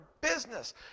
business